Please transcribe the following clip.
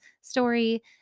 story